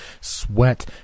Sweat